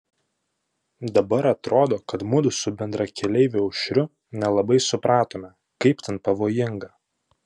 dabar atrodo kad mudu su bendrakeleiviu aušriu nelabai supratome kaip ten pavojinga